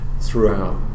throughout